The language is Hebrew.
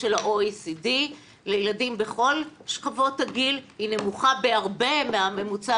של ה-OECD לילדים בכל שכבות הגיל היא נמוכה בהרבה מהממוצע